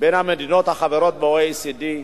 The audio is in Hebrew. בין המדינות החברות ב-OECD.